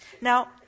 Now